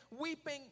weeping